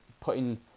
putting